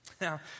Now